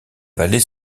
vallée